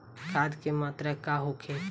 खाध के मात्रा का होखे?